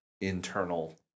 internal